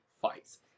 fights